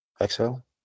exhale